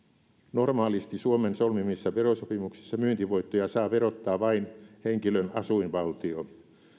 normaalisti suomen solmimissa verosopimuksissa myyntivoittoja saa verottaa vain henkilön asuinvaltio